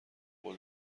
قول